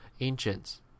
ancients